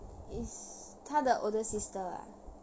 is 她的 older sister ah